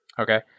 okay